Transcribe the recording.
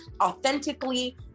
authentically